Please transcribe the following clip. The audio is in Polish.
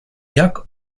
jak